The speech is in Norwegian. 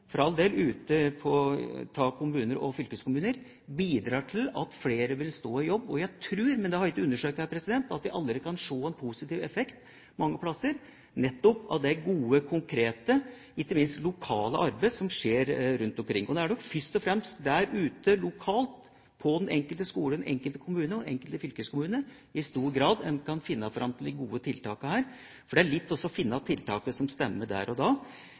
for all del, ute i kommuner og fylkeskommuner, bidrar til at flere vil stå i jobb. Jeg tror – men det har jeg ikke undersøkt – at vi allerede kan se en positiv effekt mange plasser av det gode, konkrete og ikke minst lokale arbeidet som skjer rundt omkring. Det er nok først og fremst lokalt, på den enkelte skole, i den enkelte kommune og i den enkelte fylkeskommune, en i stor grad kan finne fram til de gode tiltakene – for det har litt med å finne tiltak som stemmer der og da,